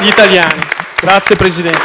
gli italiani. *(Applausi